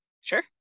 sure